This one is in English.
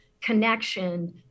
connection